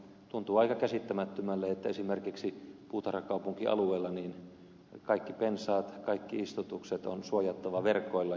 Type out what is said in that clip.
tuntuu aika käsittämättömälle että esimerkiksi puutarhakaupunkialueella kaikki pensaat kaikki istutukset on suojattava verkoilla